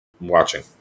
watching